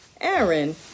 Aaron